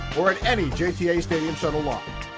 or at any jta stadium shuttle lot.